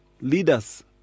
leaders